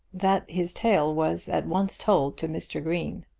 that his tale was at once told to mr. green.